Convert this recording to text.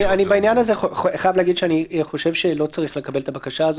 בעניין הזה אני חייב להגיד שאני חושב שלא צריך לקבל את הבקשה הזאת.